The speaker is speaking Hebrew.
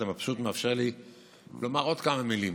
אתה פשוט מאפשר לי לומר עוד כמה מילים.